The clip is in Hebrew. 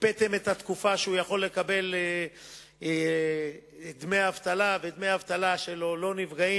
הקפאתם את התקופה שהוא יכול לקבל דמי אבטלה ודמי האבטלה שלו לא נפגעים.